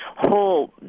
whole